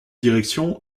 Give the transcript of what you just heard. direction